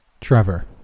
Trevor